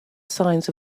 signs